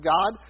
God